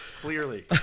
clearly